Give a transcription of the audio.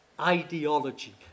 ideology